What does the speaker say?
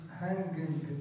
hanging